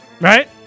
right